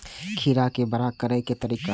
खीरा के बड़ा करे के तरीका?